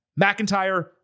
McIntyre